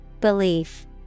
Belief